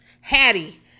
Hattie